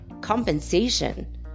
compensation